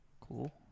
Cool